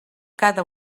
cada